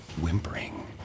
whimpering